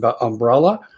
umbrella